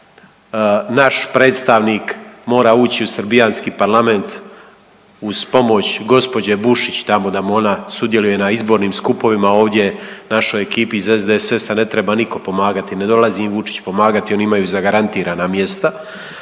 Naš predstavnik mora ući u srbijanski parlament uz pomoć gospođe Bušić tamo da mu ona sudjeluje na izbornim skupovima, a ovdje našoj ekipi iz SDSS-a ne treba nitko pomagati. Ne dolazi im Vučić pomagati oni imaju zagarantirana mjesta.